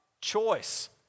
choice